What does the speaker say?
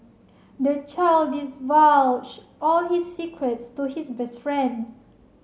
the child divulged all his secrets to his best friend